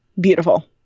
beautiful